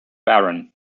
baron